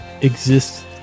exists